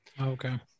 Okay